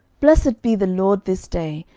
blessed be the lord this day,